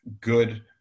good